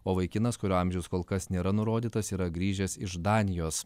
o vaikinas kurio amžius kol kas nėra nurodytas yra grįžęs iš danijos